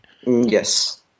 Yes